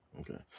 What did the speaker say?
Okay